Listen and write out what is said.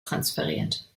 transferiert